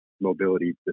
mobility